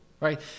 Right